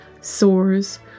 sores